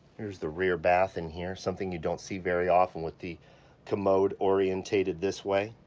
here's the rear bath in here, something you don't see very often with the commode orientated this way.